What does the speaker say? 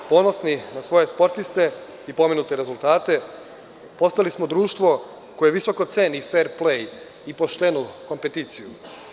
Ponosni na svoje sportiste i pomenute rezultate, postali smo društvo koje visoko ceni fer plej i poštenu kompeticiju.